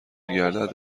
گردد